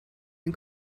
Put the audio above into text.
ein